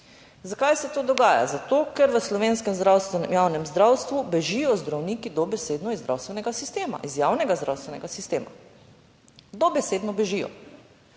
Zakaj se to dogaja? Zato ker v slovenskem javnem zdravstvu bežijo zdravniki dobesedno iz zdravstvenega sistema, iz javnega zdravstvenega sistema. Dobesedno bežijo,